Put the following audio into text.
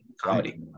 comedy